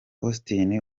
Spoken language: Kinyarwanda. austin